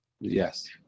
Yes